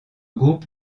groupe